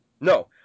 No